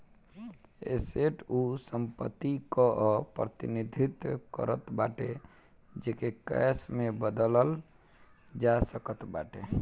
asset उ संपत्ति कअ प्रतिनिधित्व करत बाटे जेके कैश में बदलल जा सकत बाटे